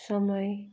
समय